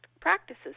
practices